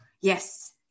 Yes